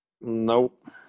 Nope